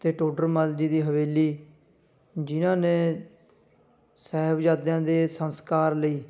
ਅਤੇ ਟੋਡਰ ਮੱਲ ਜੀ ਦੀ ਹਵੇਲੀ ਜਿਨ੍ਹਾਂ ਨੇ ਸਾਹਿਬਜ਼ਾਦਿਆਂ ਦੇ ਸੰਸਕਾਰ ਲਈ